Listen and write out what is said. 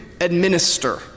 administer